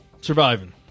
Surviving